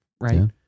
right